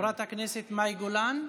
חברת הכנסת מאי גולן.